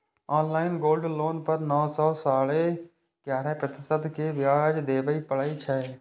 online gold loan पर नौ सं साढ़े ग्यारह प्रतिशत के ब्याज देबय पड़ै छै